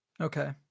Okay